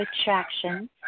attraction